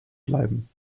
bleiben